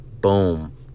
Boom